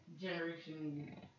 Generation